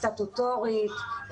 סטטוטורית,